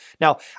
Now